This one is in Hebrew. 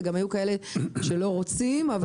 וגם היו כאלה שלא רוצים.